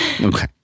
Okay